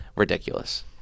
Ridiculous